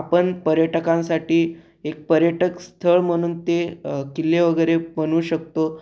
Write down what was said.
आपण पर्यटकांसाठी एक पर्यटक स्थळ म्हणून ते किल्ले वगैरे बनऊ शकतो